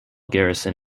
garrison